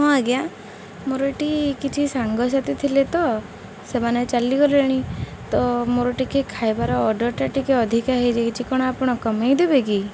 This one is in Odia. ହଁ ଆଜ୍ଞା ମୋର ଏଇଠି କିଛି ସାଙ୍ଗସାଥି ଥିଲେ ତ ସେମାନେ ଚାଲିଗଲେଣି ତ ମୋର ଟିକେ ଖାଇବାର ଅର୍ଡ଼ରଟା ଟିକେ ଅଧିକା ହେଇଯାଇଛି କ'ଣ ଆପଣ କମେଇ ଦେବେ କି